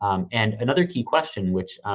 um and another key question, which,